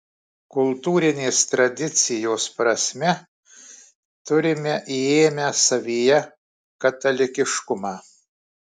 kultūrinės tradicijos prasme turime įėmę savyje katalikiškumą